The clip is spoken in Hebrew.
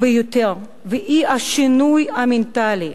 ביותר היא השינוי המנטלי: